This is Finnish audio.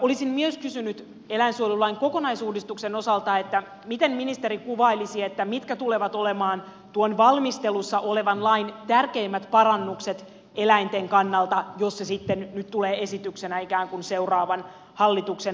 olisin myös kysynyt eläinsuojelulain kokonaisuudistuksen osalta miten ministeri kuvailisi mitkä tulevat olemaan tuon valmistelussa olevan lain tärkeimmät parannukset eläinten kannalta jos se sitten nyt tulee esityksenä ikään kuin seuraavan hallituksen pohjalle